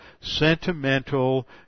sentimental